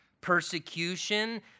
persecution